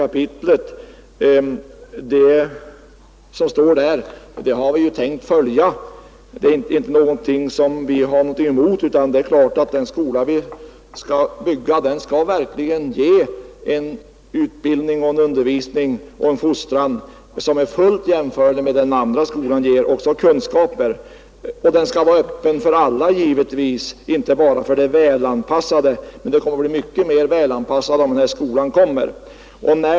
Vad som står där har vi ingenting emot, utan det är klart att den skola vi skall bygga verkligen skall ge både fostran och kunskaper som är fullt jämförliga med vad den andra skolan ger. Och givetvis skall den vara öppen för alla, inte bara för de välanpassade, men eleverna torde bli mycket mera välanpassade i den skola vi vill ha.